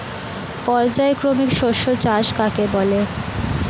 পর্যায়ক্রমিক শস্য চাষ কাকে বলে?